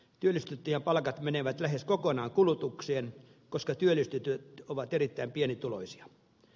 työllistettyjen palkat menevät lähes kokonaan kulutukseen koska työllistetyt ovat erittäin pienituloisia